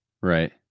Right